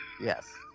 Yes